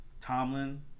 Tomlin